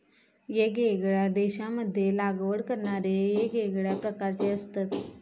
येगयेगळ्या देशांमध्ये लागवड करणारे येगळ्या प्रकारचे असतत